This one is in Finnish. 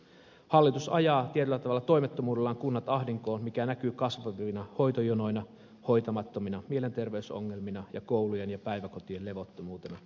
hallitus ajaa tietyllä tavalla toimettomuudellaan kunnat ahdinkoon mikä näkyy kasvavina hoitojonoina hoitamattomina mielenterveysongelmina ja koulujen ja päiväkotien levottomuutena